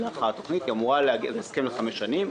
ההסכם הוא לחמש שנים.